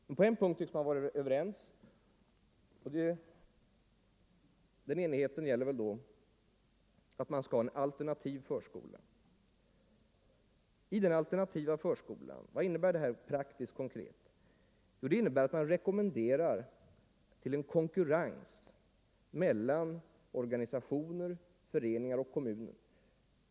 Men på en punkt tycks man vara överens, och den enigheten gäller då att det skall finnas en alternativ förskola. Vad innebär det praktiskt, konkret? Jo, det innebär att man rekommenderar en konkurrens mellan organisationer, föreningar och kommuner.